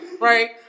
Right